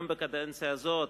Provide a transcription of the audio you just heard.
גם בקדנציה הזאת,